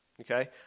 Okay